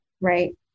Right